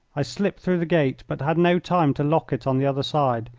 i slipped through the gate, but had no time to lock it on the other side.